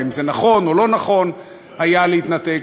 אם נכון או לא נכון היה להתנתק,